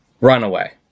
Runaway